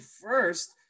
first